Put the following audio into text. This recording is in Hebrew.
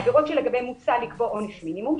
עבירות שלגביהן מוצע לקבוע עונש מינימום,